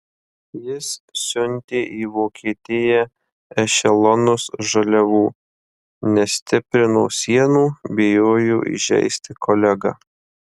jis siuntė į vokietiją ešelonus žaliavų nestiprino sienų bijojo įžeisti kolegą